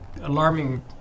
alarming